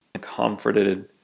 comforted